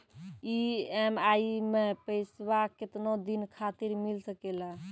EMI मैं पैसवा केतना दिन खातिर मिल सके ला?